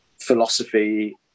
philosophy